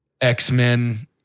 X-Men